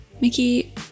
Mickey